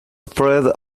spread